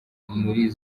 muri